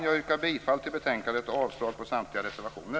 Jag yrkar bifall till hemställan i betänkandet och avslag på samtliga reservationer.